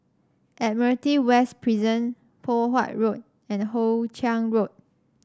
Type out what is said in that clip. Admiralty West Prison Poh Huat Road and Hoe Chiang Road